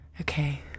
Okay